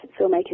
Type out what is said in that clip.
filmmakers